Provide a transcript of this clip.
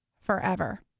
forever